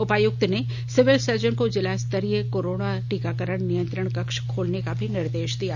उपायुक्त ने civil surgeon को जिलास्तरीय कोरोना टीकाकरण नियंत्रण कक्ष खोलने के भी निर्देश दिए